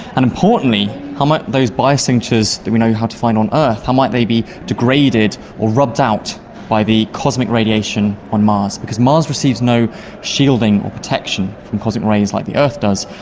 and importantly how might those biosignatures that we know yeah how to find on earth, how might they be degraded or rubbed out by the cosmic radiation on mars. because mars receives no shielding or protection from cosmic rays like the earth does,